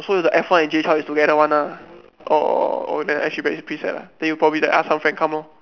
so the F one and Jay Chou is together one ah orh then actually very pretty sad ah then you probably like ask some friend come lor